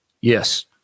Yes